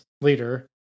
Later